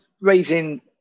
raising